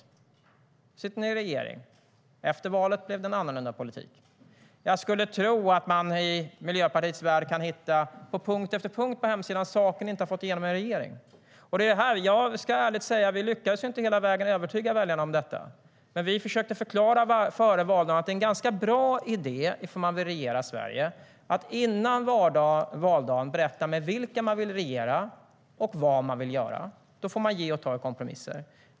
Nu sitter ni i regering, och efter valet blev det en annorlunda politik. Vi lyckades inte hela vägen att övertyga väljarna om detta. Men före valet försökte vi förklara att om man vill regera Sverige är det en ganska bra idé att före valdagen berätta vilka man vill regera med och vad man vill göra. Då får man ge och ta i kompromisser.